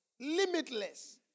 Limitless